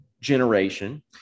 generation